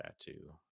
tattoo